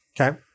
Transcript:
okay